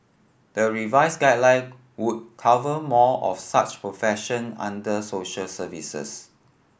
the revised guideline would cover more of such profession under social services